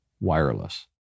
wireless